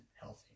healthy